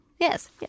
Yes